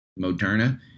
Moderna